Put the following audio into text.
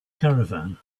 caravan